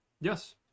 Yes